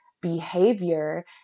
behavior